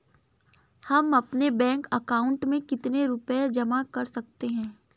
हम अपने bank account में कितने रुपये जमा कर सकते हैं?